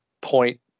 point